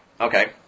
okay